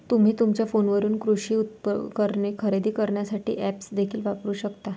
तुम्ही तुमच्या फोनवरून कृषी उपकरणे खरेदी करण्यासाठी ऐप्स देखील वापरू शकता